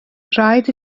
rhaid